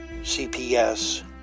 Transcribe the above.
CPS